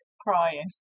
crying